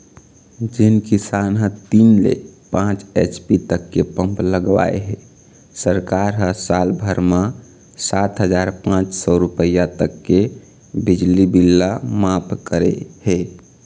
जेन किसान ह तीन ले पाँच एच.पी तक के पंप लगवाए हे सरकार ह साल भर म सात हजार पाँच सौ रूपिया तक के बिजली बिल ल मांफ करे हे